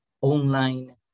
online